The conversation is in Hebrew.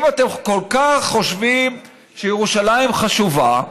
אם אתם כל כך חושבים שירושלים חשובה,